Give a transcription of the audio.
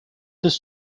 this